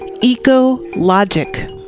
Eco-logic